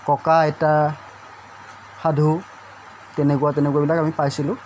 ককা আইতা সাধু তেনেকুৱা তেনেকুৱাবিলাক আমি পাইছিলোঁ